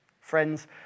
Friends